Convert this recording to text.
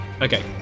Okay